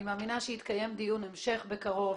ואני מאמינה שיתקיים דיון המשך בקרוב.